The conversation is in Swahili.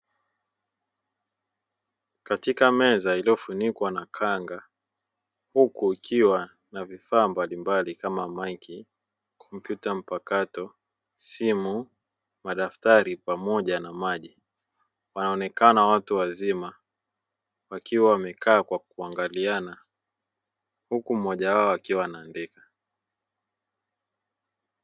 Katika meza iliyofunikwa na kanga huku ikiwa na vifaa mbalimbali kama: maiki, kompyuta mpakato, simu, madaftari pamoja na maji; panaonekana watu wazima wakiwa wamekaa kwa kuangaliana huku mmoja wao akiwa anaandika.